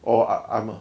orh I'm a